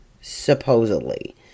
supposedly